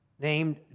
named